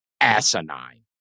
asinine